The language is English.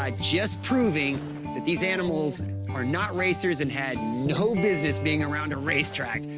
ah just proving that these animals are not racers and had no business being around a racetrack.